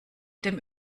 dem